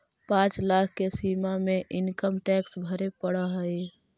पाँच लाख के सीमा में इनकम टैक्स भरे पड़ऽ हई